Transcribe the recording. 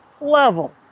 level